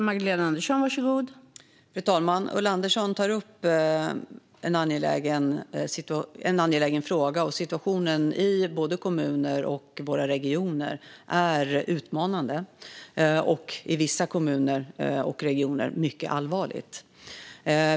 Fru talman! Ulla Andersson tar upp en angelägen fråga. Situationen i både kommuner och regioner är utmanande och, i vissa kommuner och regioner, mycket allvarlig.